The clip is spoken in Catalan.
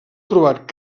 trobat